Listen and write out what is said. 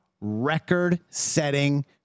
record-setting